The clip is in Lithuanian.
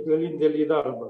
ir indėlį į darbą